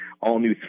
all-new